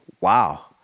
Wow